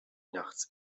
nachts